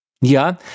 Ja